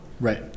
Right